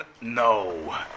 no